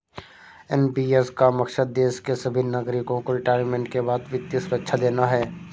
NPS का मकसद देश के सभी नागरिकों को रिटायरमेंट के बाद वित्तीय सुरक्षा देना है